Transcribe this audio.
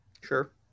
Sure